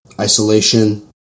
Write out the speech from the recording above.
isolation